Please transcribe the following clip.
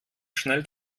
schnell